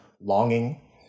longing